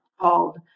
called